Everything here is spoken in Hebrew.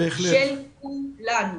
של כולנו.